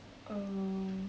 err